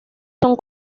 son